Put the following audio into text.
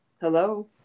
Hello